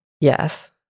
Yes